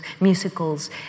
musicals